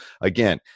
again